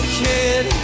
kid